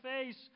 face